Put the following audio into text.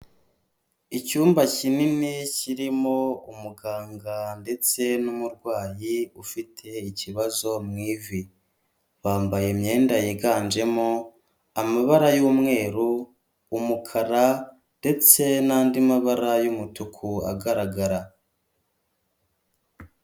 Icyumba kinini kirimo umuganga ndetse n'umurwayi ufite ikibazo mu ivi, bambaye imyenda yiganjemo amabara y'umweru, umukara ndetse n'andi mabara y'umutuku agaragara.